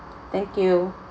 thank you